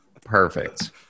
Perfect